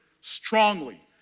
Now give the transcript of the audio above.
strongly